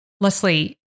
Leslie